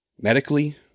medically